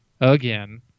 again